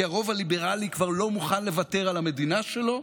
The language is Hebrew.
כי הרוב הליברלי כבר לא מוכן לוותר על המדינה שלו,